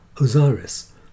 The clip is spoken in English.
Osiris